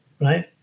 right